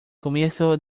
comienzo